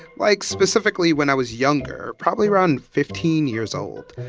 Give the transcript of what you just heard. like specifically when i was younger, probably around fifteen years old.